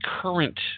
current